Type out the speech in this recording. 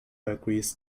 agrees